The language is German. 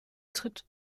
tritt